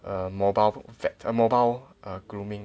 err mobile vet err mobile err grooming